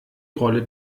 rolle